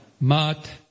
Mat